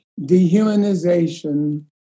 dehumanization